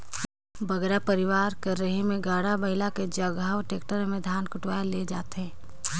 बगरा परिवार कर रहें में गाड़ा बइला कर जगहा टेक्टर में धान कुटवाए ले जाथें